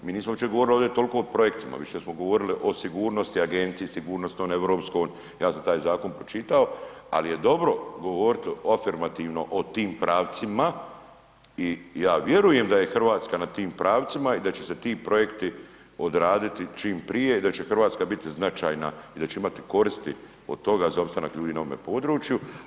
Mi nismo uopće govorili toliko o projektima, više smo govorili o sigurnosti, agenciji, sigurnost … ja sam taj zakon pročitao, ali je dobro govoriti afirmativno o tim pravcima i ja vjerujem da je Hrvatska na tim pravcima i da će se ti projekti odraditi čim prije i da će Hrvatska biti značajna i da će imati koristi od toga za opstanak ljudi na ovome području.